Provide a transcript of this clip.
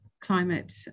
climate